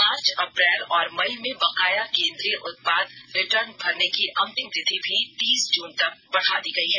मार्च अप्रैल और मई में बकाया केन्द्रीय उत्पाद रिटर्न भरने की अंतिम तिथि भी तीस जून तक बढ़ा दी गई है